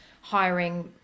hiring